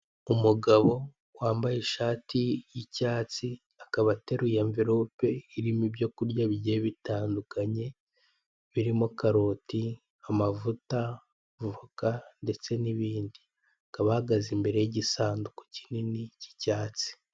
Umugabo wambaye ishati y'icyatsi akaba ateruye amvelope, irimo ibyo kurya bigiye bitandukanye, birimo karoti, amavuta, voka ndetse n'ibindi. Akaba ahagaze imbere y'igisanduku kinini cy'icyatsi.